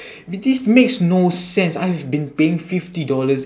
this makes no sense I've been paying fifty dollars